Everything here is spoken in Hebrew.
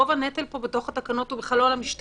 רוב הנטל פה בתקנות הוא בכלל לא על המשטרה,